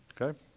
Okay